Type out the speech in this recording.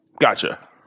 Gotcha